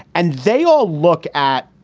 and they all look at,